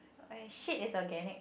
and shit is organic